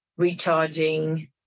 recharging